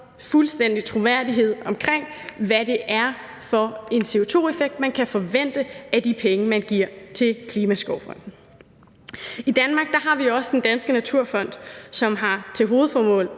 fuldstændig troværdighed omkring, hvad det er for en CO2-effekt, man kan forvente af de penge, man giver til Klimaskovfonden. I Danmark har vi også Den Danske Naturfond, som har til hovedformål